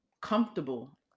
comfortable